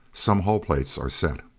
some hull plates are set.